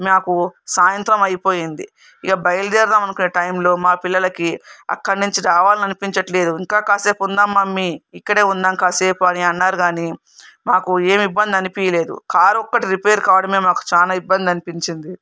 మాకు సాయంత్రం అయిపోయింది ఇక బయలుదేరుదాం అనుకునే టైంలో మా పిల్లలకి అక్కడ నుంచి రావాలి అనిపించట్లేదు ఇంకా కాసేపు ఉందా మమ్మీ ఇక్కడే ఉందాం కాసేపు అని అన్నారు కానీ మాకు ఏ ఇబ్బంది అనిపించలేదు కారు ఒక్కటి రిపేరు కావడం మాకు చాలా ఇబ్బంది అనిపించింది